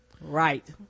right